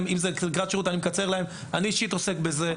אני אישית עוסק בזה.